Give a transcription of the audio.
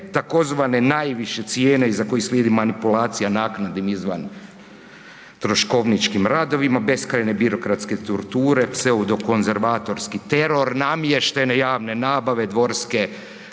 tzv. najviše cijene iza kojih slijedi manipulacija naknadama izvantroškovničkim radovima, beskrajne birokratske torture, pseudokonzervatorijski teror, namještene javne nabave, dvorske